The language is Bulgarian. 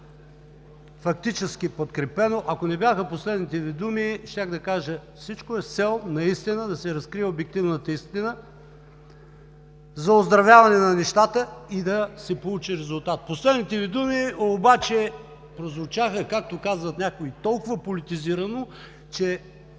фактически. Ако не бяха последните Ви думи, щях да кажа: всичко е с цел да се разкрива обективната истина за оздравяване на нещата и да се получи резултат. Последните Ви думи обаче прозвучаха, както казват някои, толкова политизирано, че